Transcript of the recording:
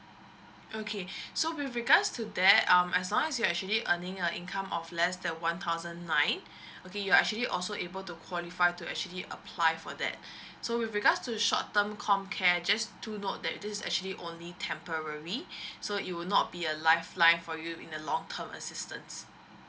okay so with regards to that um as long as you're actually earning an income of less than one thousand nine okay you're actually also able to qualify to actually apply for that so with regards to the short term comcare just to note that this actually only temporary so it will not be alive life for you in the long term assistance